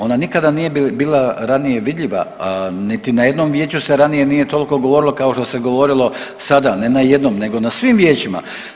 Ona nije bila ranije vidljiva, niti na jednom vijeću se ranije nije toliko govorilo kao što se govorilo sad, ne na jednom nego na svim vijećima.